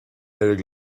éirigh